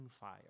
fire